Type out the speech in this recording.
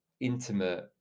intimate